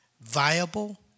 viable